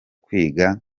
kwiga